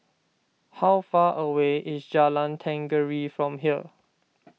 How far away is Jalan Tenggiri from here